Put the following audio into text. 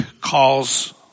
calls